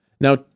Now